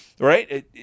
right